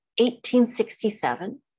1867